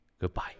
Goodbye